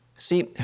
See